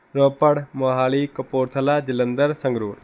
Ropar Mohali Kapurthala Jalandhar Sangrur